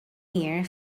here